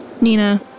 Nina